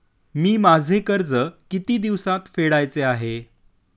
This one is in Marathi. मी माझे कर्ज किती दिवसांत फेडायचे आहे?